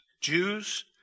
Jews